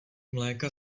mléka